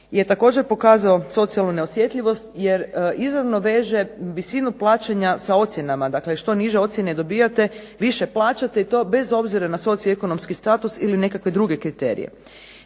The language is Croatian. je također pokazao socijalnu neosjetljivost jer izravno veže visinu plaćanja sa ocjenama. Dakle, što niže ocjene dobivate više plaćate i to bez obzira na socio-ekonomski status ili nekakve druge kriterije.